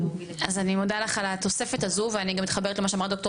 אז אני מודה לך על התוספת הזו ומתחברת למה שאמרה ד״ר